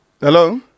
Hello